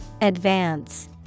Advance